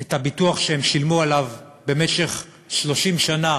את הביטוח שהם שילמו עליו במשך 30 שנה,